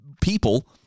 people